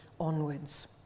onwards